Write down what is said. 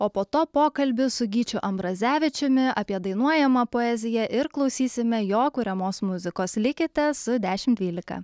o po to pokalbis su gyčiu ambrazevičiumi apie dainuojamą poeziją ir klausysime jo kuriamos muzikos likite su dešim dvylika